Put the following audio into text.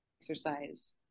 exercise